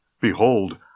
Behold